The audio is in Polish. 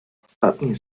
ostatnie